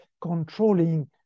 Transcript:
controlling